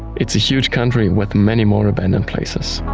it is a huge country with many more abandoned places.